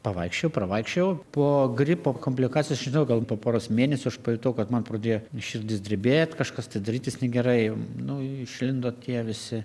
pavaikščiojau pravaikščiojau po gripo komplikacijos aš nežinau gal po poros mėnesių aš pajutau kad man pradėjo širdis drebėt kažkas tai darytis negerai nu išlindo tie visi